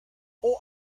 what